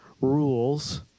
rules